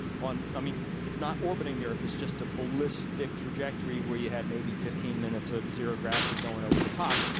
i mean it's not orbiting the earth, it's just a ballistic trajectory where you have maybe fifteen minutes of zero gravity going over the top,